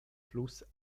fluss